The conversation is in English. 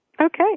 Okay